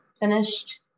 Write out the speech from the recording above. finished